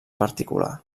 particular